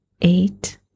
eight